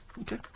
Okay